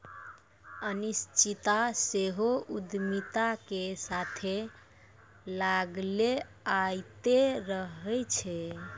अनिश्चितता सेहो उद्यमिता के साथे लागले अयतें रहै छै